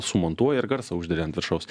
sumontuoji ir garsą uždedi ant viršaus